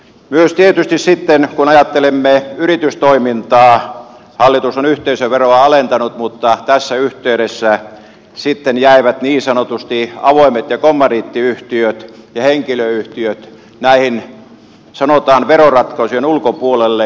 myös tietysti sitten kun ajattelemme yritystoimintaa hallitus on yhteisöveroa alentanut mutta tässä yhteydessä sitten jäivät niin sanotusti avoimet ja kommandiittiyhtiöt ja henkilöyhtiöt näiden sanotaan veroratkaisujen ulkopuolelle